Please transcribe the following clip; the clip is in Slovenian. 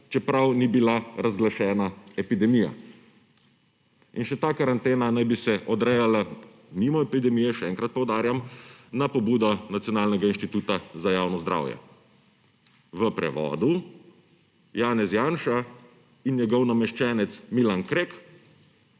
čeprav ni bila razglašena epidemija. In še ta karantena naj bi se odrejala mimo epidemije, še enkrat poudarjam, na pobudo Nacionalnega inštituta za javno zdravje. V prevodu – Janez Janša in njegov nameščenec Milan Krek